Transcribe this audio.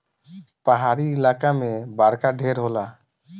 पहाड़ी इलाका मे बरखा ढेर होला